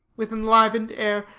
with enlivened air,